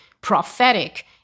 prophetic